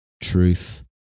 truth